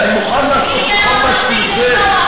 אני מוכן לעסוק בכל מה שתרצה,